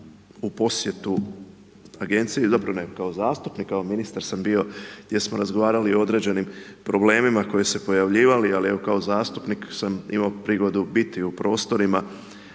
u posjetu agenciji, zapravo, ne kao zastupnik, kao ministar sam bio, gdje smo razgovarali o određenim problemima koje su se pojavljivali, ali evo, kao zastupnik sam imao prigodu biti u prostorima